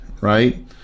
right